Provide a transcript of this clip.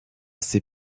ses